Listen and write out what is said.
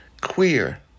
queer